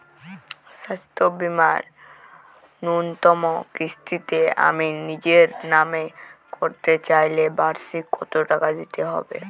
স্বাস্থ্য বীমার ন্যুনতম কিস্তিতে আমি নিজের নামে করতে চাইলে বার্ষিক কত টাকা দিতে হবে?